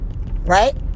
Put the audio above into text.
right